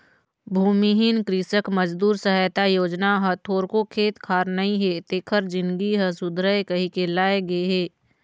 भूमिहीन कृसक मजदूर सहायता योजना ह थोरको खेत खार नइ हे तेखर जिनगी ह सुधरय कहिके लाए गे हे